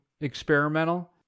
experimental